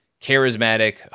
charismatic